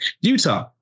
utah